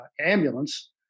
ambulance